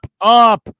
up